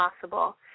possible